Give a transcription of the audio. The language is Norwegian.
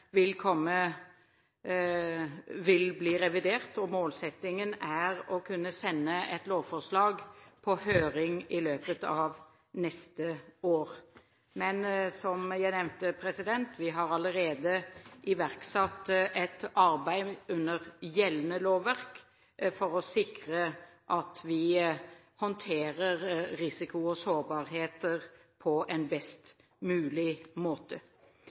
vil bli revidert. Målsettingen er å kunne sende et lovforslag på høring i løpet av neste år, men, som jeg nevnte, vi har allerede iverksatt et arbeid under gjeldende lovverk for å sikre at vi håndterer risiko og sårbarhet på best mulig måte.